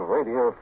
Radio